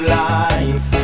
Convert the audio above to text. life